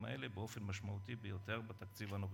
האלה באופן משמעותי ביותר בתקציב הנוכחי.